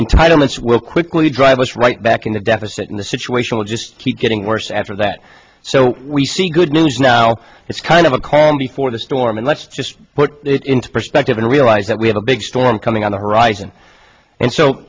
entitlements will quickly drive us right back into deficit in the situation will just keep getting worse after that so we see good news now it's kind of a calm before the storm and let's just put it into perspective and realize that we have a big storm coming on the horizon and